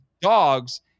dogs